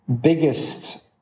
biggest